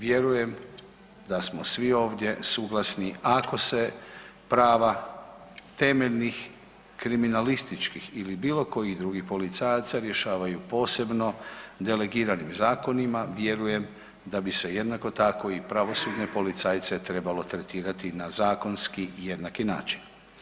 Vjerujem da smo svi ovdje suglasni ako se prava temeljnih kriminalističkih ili bilo kojih drugih policajaca rješavaju posebno delegiranim zakonima, vjerujem da bi se jednako tako i pravosudne policajce trebalo tretirati na zakonski jednaki način.